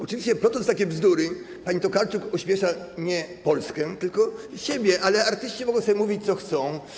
Oczywiście plotąc takie bzdury, pani Tokarczuk ośmiesza nie Polskę, tylko siebie, ale artyści mogą sobie mówić, co chcą.